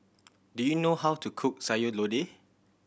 do you know how to cook Sayur Lodeh